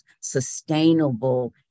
sustainable